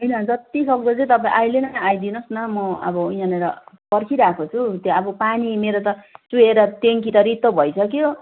होइन जत्तिसक्दो चाहिँ तपाईँ अहिले नै आइदिनु होस् न म अब यहाँनिर पर्खिरहेको छु त्यहाँ अब पानी मेरो त चुहिएर ट्याङ्की त रित्तो भइसक्यो